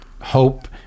Hope